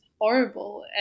horrible